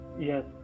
Yes